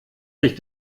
sich